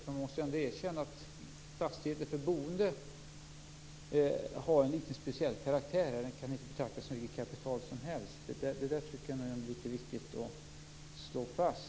Man måste ändå erkänna att fastigheter för boende har en litet speciell karaktär. De kan inte betraktas som vilket kapital som helst. Det tycker jag ändå är litet viktigt att slå fast.